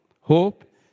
hope